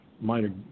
minor